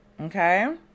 Okay